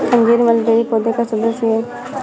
अंजीर मलबेरी पौधे का सदस्य है